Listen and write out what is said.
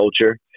culture